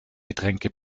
getränke